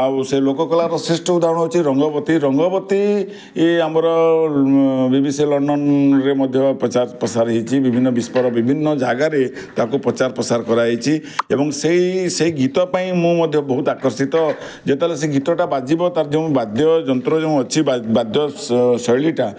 ଆଉ ସେ ଲୋକକଳାର ଶ୍ରେଷ୍ଠ ଉଦାହରଣ ହେଉଛି ରଙ୍ଗବତୀ ରଙ୍ଗବତୀ ଏବଂ ଆମର ଲଣ୍ଡନରେ ମଧ୍ୟ ପ୍ରଚାର ପ୍ରସାର ହେଇଛି ବିଭିନ୍ନ ବିଶ୍ୱର ବିଭିନ୍ନ ଜାଗାରେ ତାକୁ ପ୍ରଚାର ପ୍ରସାର କରାଯାଇଛି ଏବଂ ସେଇ ସେଇ ଗୀତ ପାଇଁ ମୁଁ ମଧ୍ୟ ବହୁତ ଆକର୍ଷିତ ଯେତେବେଳେ ସେ ଗୀତଟା ବାଜିବ ତା'ର ଯେଉଁ ବାଦ୍ୟଯନ୍ତ୍ର ଯେଉଁ ଅଛି ବାଦ୍ୟ ଶୈଳୀଟା